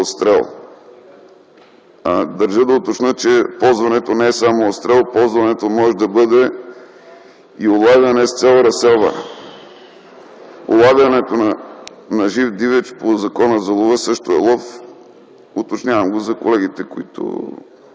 четене. Държа да уточня, че ползването не е само отстрел, ползването може да бъде и улавяне с цел разселване. Улавянето на жив дивеч по Закона за лова също е лов – уточнявам това специално за колегите, които